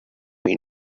been